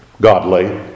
godly